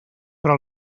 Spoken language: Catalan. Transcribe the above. però